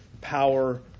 power